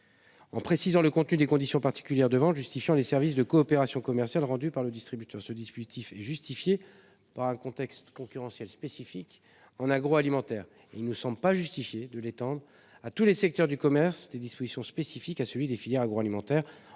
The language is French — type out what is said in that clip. en précisant le contenu des conditions particulières de vente justifiant les services de coopération commerciale rendus par le distributeur. Ce dispositif est justifié par le contexte concurrentiel spécifique du secteur agroalimentaire. Il ne me semble pas justifié d'étendre à tous les secteurs du commerce des dispositions spécifiques à la filière agroalimentaire. Par ailleurs,